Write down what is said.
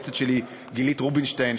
ליועצת שלי גילית רובינשטיין,